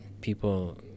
people